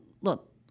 look